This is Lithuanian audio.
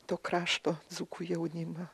to krašto dzūkų jaunimą